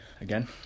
again